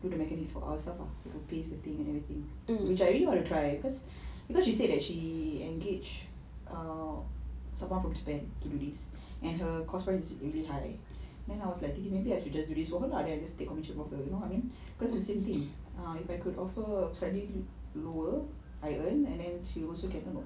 do the mechanics for ourselves ah to paste the thing and everything which I really want to try because because she said that she engaged um someone from japan to do this and her cost price is really high then I was like thinking maybe I should just do this for her lah then I just take commission from her you know what I mean because it's the same thing ah if I could offer slightly lower I earn and then she also can earn [what]